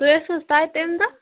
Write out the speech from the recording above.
تُہۍ ٲسِوٕ حظ تتہِ تَمہِ دۄہ